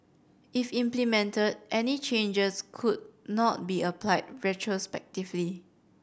if implemented any changes could not be applied retrospectively